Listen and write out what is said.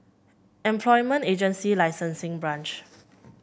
Employment Agency Licensing Branch